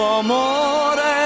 amore